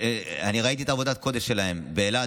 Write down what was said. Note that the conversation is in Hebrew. ראיתי את עבודת הקודש שלהם באילת,